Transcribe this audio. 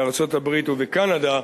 בארצות-הברית ובקנדה,